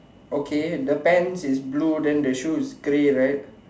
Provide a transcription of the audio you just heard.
okay the pants is blue then the shoe is grey right